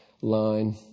line